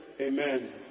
amen